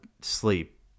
sleep